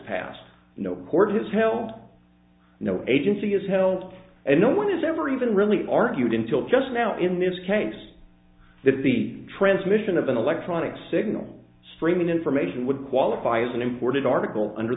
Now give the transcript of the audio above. passed no court has held no agency is held and no one has ever even really argued until just now in this case that the transmission of an electronic signal streaming information would qualify as an imported article under